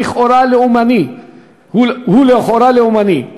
הוא לכאורה לאומני,